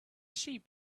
sheep